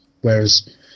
Whereas